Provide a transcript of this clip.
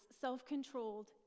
self-controlled